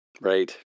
Right